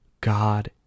God